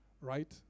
right